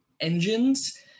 engines